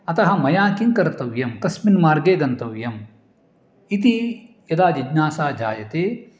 अतः मया किं कर्तव्यं कस्मिन् मार्गे गन्तव्यम् इति यदा जिज्ञासा जायते